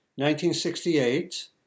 1968